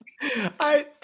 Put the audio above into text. I-